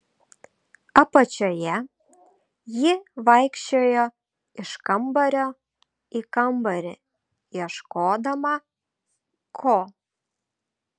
apačioje ji vaikščiojo iš kambario į kambarį ieškodama ko